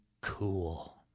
cool